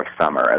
summer